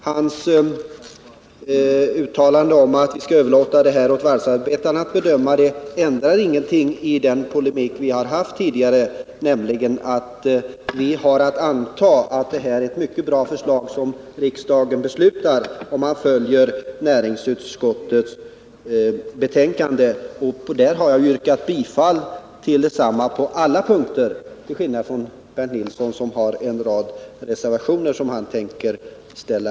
Hans uttalande om att vi skall överlåta åt varvsarbetarna att göra den bedömningen ändrar ingenting i vår inställning, nämligen att vi kan utgå från att det är ett mycket bra beslut som riksdagen fattar om den följer näringsutskottets betänkande, vilket jag har yrkat bifall till på alla punkter — i motsats till Bernt Nilsson, som har en rad reservationer som han tänker ställa